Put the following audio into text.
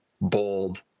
bold